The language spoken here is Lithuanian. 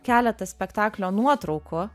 keletą spektaklio nuotraukų